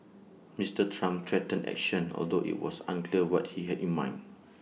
Mister Trump threatened action although IT was unclear what he had in mind